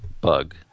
Bug